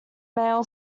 mail